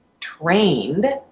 trained